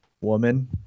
Woman